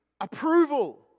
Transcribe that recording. approval